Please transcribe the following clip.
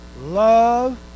love